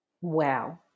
Wow